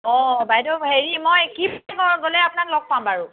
অঁ বাইদেউ হেৰি মই কি গ'লে আপোনাক লগ পাম বাৰু